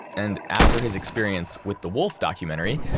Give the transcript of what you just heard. and after his experience with the wolf documentary,